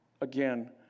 again